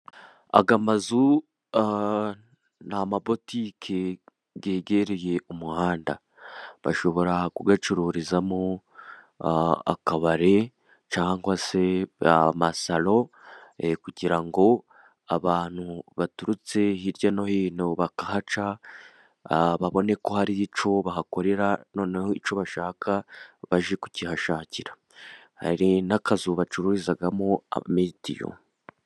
Aya mazu n'amabotiki yegereye umuhanda, bashobora kuyacururizamo akabari cyangwa se amasaro, kugira ngo abantu baturutse hirya no hino bakahaca babone ko hari icyo bahakorera, noneho icyo bashaka bajye kukihashakira, hari n'akazu ba bacururizamo mitiyu.